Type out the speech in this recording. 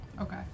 Okay